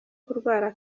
kurwara